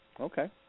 Okay